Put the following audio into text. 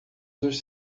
dos